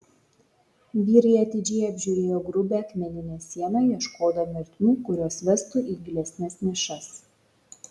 vyrai atidžiai apžiūrėjo grubią akmeninę sieną ieškodami ertmių kurios vestų į gilesnes nišas